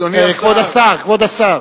כבוד השר.